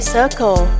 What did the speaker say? Circle